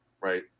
right